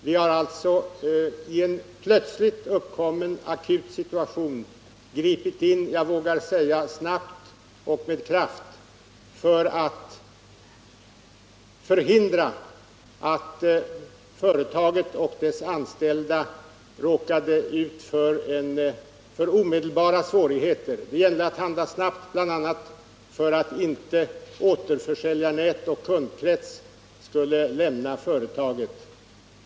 Regeringen har i en plötsligt uppkommen akut situation gripit in, jag vågar säga snabbt och med kraft, för att förhindra att företaget och dess anställda råkade ut för omedelbara svårigheter. Det gällde att handla snabbt, bl.a. för att återförsäljarnät och kundkrets inte skulle lämna företaget.